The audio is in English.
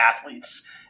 athletes